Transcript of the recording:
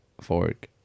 fork